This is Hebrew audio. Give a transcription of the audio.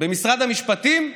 במשרד המשפטים?